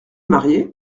marié